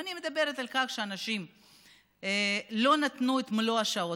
ואני מדברת על כך שאנשים לא נתנו את מלוא השעות.